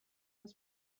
was